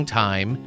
time